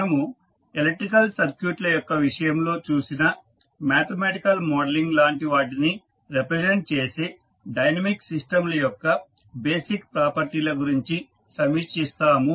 మనము ఎలక్ట్రికల్ సర్క్యూట్ల యొక్క విషయంలో చూసిన మ్యాథమెటికల్ మోడల్ లాంటి వాటిని రిప్రజెంట్ చేసే డైనమిక్ సిస్టంల యొక్క బేసిక్ ప్రాపర్టీల గురించి సమీక్షిస్తాము